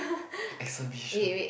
exhibition